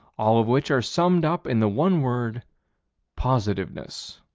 all of which are summed up in the one word positiveness.